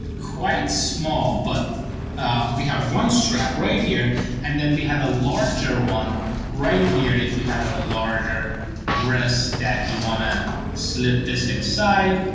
quite small but we have one strap right here and then we have a larger one right here if you have a larger wrist that you wanna slip this inside,